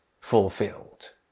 fulfilled